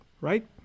right